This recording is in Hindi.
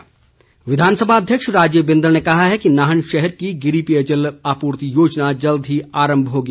बिंदल विधानसभा अध्यक्ष राजीव बिंदल ने कहा है कि नाहन शहर की गिरी पेयजल आपूर्ति योजना जल्द ही आरम्भ होगी